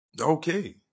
Okay